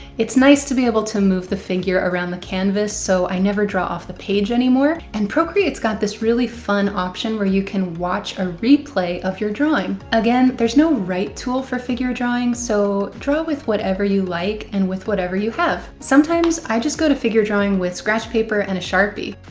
it's nice to be able to move the figure around the canvas so i never draw off the page anymore. and procreate's got this really fun option where you can watch a replay of your drawing. again, there's no right tool for figure drawing, so draw with whatever you like and with whatever you have. sometimes i just go to figure drawing with scratch paper and a sharpie.